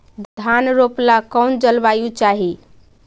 धान रोप ला कौन जलवायु चाही?